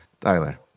Tyler